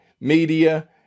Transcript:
media